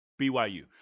BYU